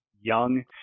young